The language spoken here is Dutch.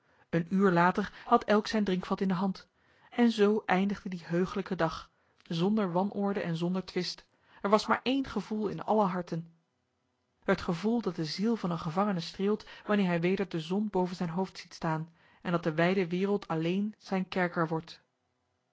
een uur later had elk zijn drinkvat in de hand en zo eindigde die heuglijke dag zonder wanorde en zonder twist er was maar één gevoel in alle harten het gevoel dat de ziel van een gevangene streelt wanneer hij weder de zon boven zijn hoofd ziet staan en dat de wijde wereld alleen zijn kerker wordt